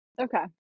Okay